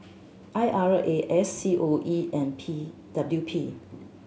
I R A S C O E and P W P